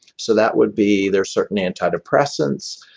so that would be, there are certain antidepressants,